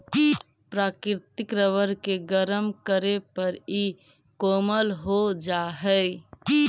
प्राकृतिक रबर के गरम करे पर इ कोमल हो जा हई